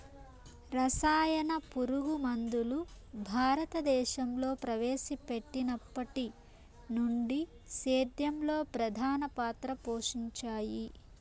రసాయన పురుగుమందులు భారతదేశంలో ప్రవేశపెట్టినప్పటి నుండి సేద్యంలో ప్రధాన పాత్ర పోషించాయి